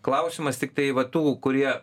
klausimas tiktai va tų kurie